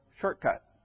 shortcut